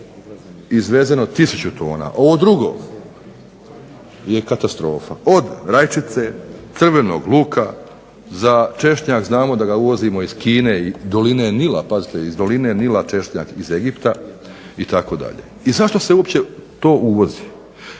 izvezeno tisuću tona. Ovo drugo je katastrofa od rajčice, crvenog luka, za češnjak znamo da ga uvozimo iz Kine, Doline Nila, pazite iz Doline Nila češnjak iz Egipta itd. I zašto se to uopće uvozi?